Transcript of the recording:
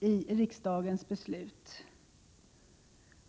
i riksdagens beslut.